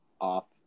off